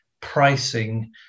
pricing